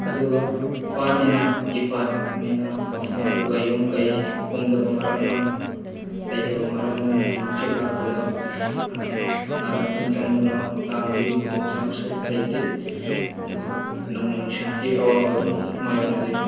ꯑꯗꯨꯒ ꯄꯥꯠꯅꯤꯅ ꯏꯄꯥꯠꯅꯤꯅ ꯃꯐꯝ ꯑꯗꯨꯒ ꯌꯨꯝꯀꯩ ꯀꯨꯡꯗꯕ ꯃꯔꯝꯅ ꯂꯩꯇꯕ ꯃꯔꯝꯅ ꯅꯣꯡꯂꯩ ꯅꯨꯡꯁꯤꯠ ꯂꯥꯛꯄꯗ ꯉꯥꯏꯍꯥꯛꯇꯪ ꯆꯪꯗꯨꯅ ꯇꯥꯡꯕꯒꯤ ꯈꯨꯗꯣꯡꯆꯥꯕꯁꯨ ꯂꯩꯇꯦ ꯑꯗꯨꯕꯨ ꯅꯣꯡ ꯅꯨꯡꯁꯤꯠꯀꯤ ꯑꯋꯥꯕꯗꯨ ꯑꯗꯨꯝ ꯃꯥꯌꯣꯛꯅꯖꯩ